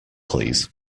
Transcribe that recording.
please